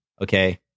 okay